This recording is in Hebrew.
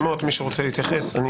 אנחנו מעריכים אותך מאוד, גלעד.